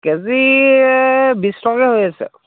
কে G বিশ টকাকৈ হৈ আছে